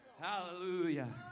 Hallelujah